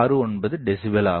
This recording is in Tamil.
69 டெசிபல் ஆகும்